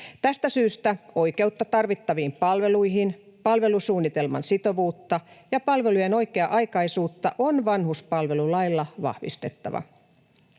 Tästä syystä on oikeutta tarvittaviin palveluihin, palvelusuunnitelman sitovuutta ja palvelujen oikea-aikaisuutta vanhuspalvelulailla vahvistettava.